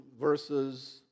verses